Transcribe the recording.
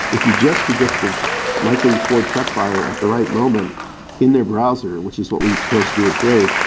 if you just could get the likely ford truck buyer at the right moment in their browser, which is what we propose to do with brave,